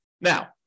Now